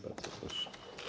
Bardzo proszę.